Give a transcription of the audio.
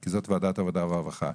כי זאת ועדת עבודה ורווחה.